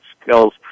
skills